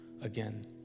again